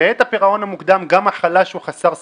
בעת הפירעון המוקדם גם החלש הוא חסר סיכון.